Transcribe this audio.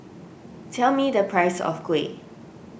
tell me the price of Kuih